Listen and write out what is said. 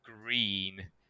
green